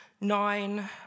nine